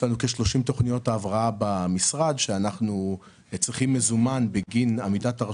יש לנו כ-30 תכניות הבראה במשרד שאנחנו צריכים מזומן בגינן.